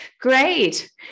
Great